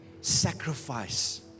sacrifice